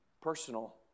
personal